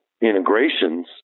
integrations